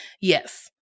Yes